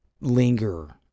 linger